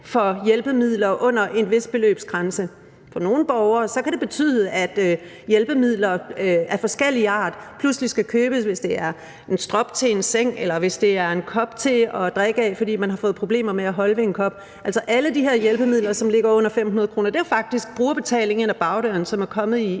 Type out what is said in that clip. for hjælpemidler under en vis beløbsgrænse. Det kan betyde, at hjælpemidler af forskellig art pludselig skal købes. Det kan f.eks. være en strop til en seng eller en kop til at drikke af, fordi man har fået problemer med at holde på en kop – altså alle de her hjælpemidler, som koster under 500 kr. Og det er jo faktisk brugerbetaling ind ad bagdøren, som er kommet